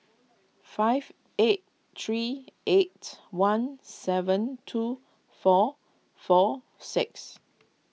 five eight three eight one seven two four four six